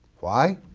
why?